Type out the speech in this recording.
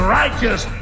righteous